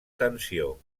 tensió